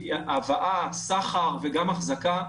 הבאה, סחר וגם החזקה.